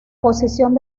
posición